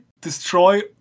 destroy